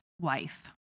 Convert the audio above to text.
wife